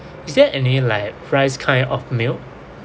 is there any like fries kind of meal